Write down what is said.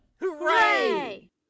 Hooray